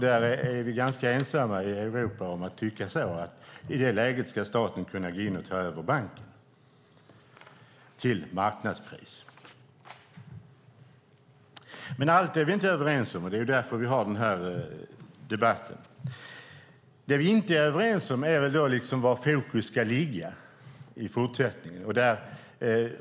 Där är vi ganska ensamma i Europa om att tycka att staten i det läget ska kunna gå in och ta över banken till marknadspris. Allt är vi dock inte överens om, och det är därför vi har den här debatten. Det vi inte är överens om är var fokus i fortsättningen ska ligga.